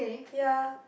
ya